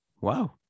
Wow